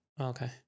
Okay